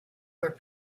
were